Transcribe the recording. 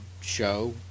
show